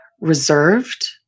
reserved